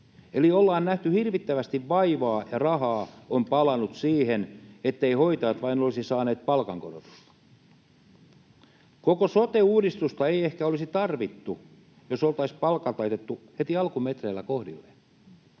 Eli ollaan nähty hirvittävästi vaivaa, ja rahaa on palanut siihen, etteivät hoitajat vain olisi saaneet palkankorotusta. Koko sote-uudistusta ei ehkä olisi tarvittu, jos oltaisiin palkat laitettu heti alkumetreillä kohdilleen.